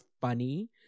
funny